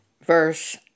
verse